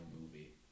movie